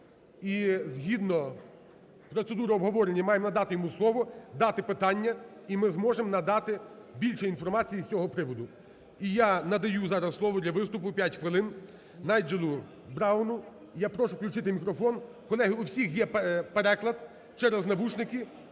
і, згідно процедури обговорення, маємо надати йому слово, дати питання і ми зможемо надати більше інформації з цього приводу. І я надаю зараз слово для виступу 5 хвилин Найджелу Брауну, я прошу включити мікрофон. Колеги, у всіх є переклад через навушники